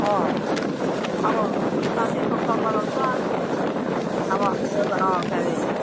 अँ अब साथीहरूसँग सल्लाह गर्नुछ अब के रे